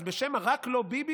בשם "רק לא ביבי",